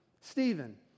Stephen